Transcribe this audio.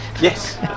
Yes